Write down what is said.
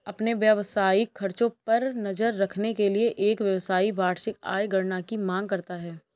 अपने व्यावसायिक खर्चों पर नज़र रखने के लिए, एक व्यवसायी वार्षिक आय गणना की मांग करता है